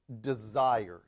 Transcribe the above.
desires